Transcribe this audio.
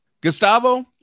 Gustavo